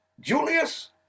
Julius